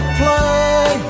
play